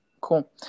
Cool